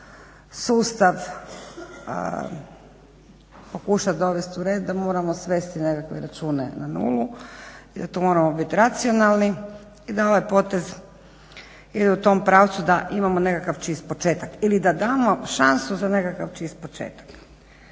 sustav pokušati dovesti u red da moramo svesti nekakve račune na nulu i da tu moramo biti racionalni i da ovaj potez ide u tom pravcu da imamo nekakav čist početak ili da damo šansu za nekakav čist početak.